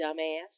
dumbass